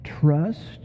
Trust